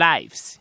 Lives